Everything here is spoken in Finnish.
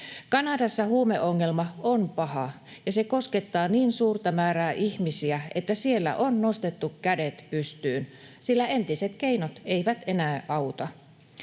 Kanadassa huumeongelma on paha ja se koskettaa niin suurta määrää ihmisiä, että siellä on nostettu kädet pystyyn, sillä entiset keinot eivät enää auta.